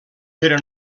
però